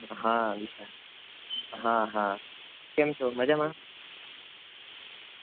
હા વિશાલ હા હા કેમ છો મજામાં